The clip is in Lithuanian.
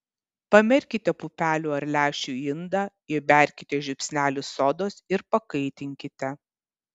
pamerkite pupelių ar lęšių į indą įberkite žiupsnelį sodos ir pakaitinkite